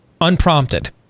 unprompted